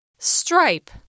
STRIPE